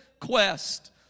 quest